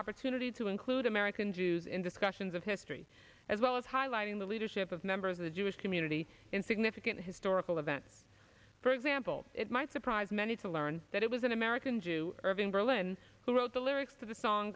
opportunity to include american jews in discussions of history as well as highlighting the leadership of members of the jewish community in significant historical event for example it might surprise many to learn that it was an american jew irving berlin who wrote the lyrics to the song